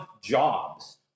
jobs